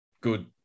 Good